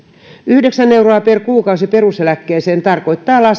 yhdeksän euroa per kuukausi peruseläkkeeseen tarkoittaa